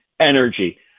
energy